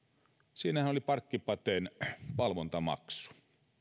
siinähän oli parkkipaten valvontamaksu